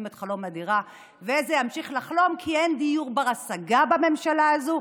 את חלום הדירה ואיזה ימשיך לחלום כי אין דיור בר-השגה בממשלה הזו,